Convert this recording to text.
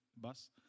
bus